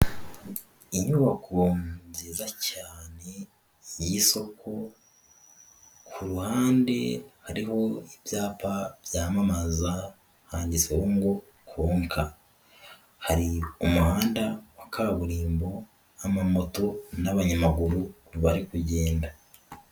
Inyubako nziza cyane y'isoko, ku ruhande hariho ibyapa byamamaza, handitsweho ngo Konka hari umuhanda wa kaburimbo, amamoto n'abanyamaguru bari kugenda.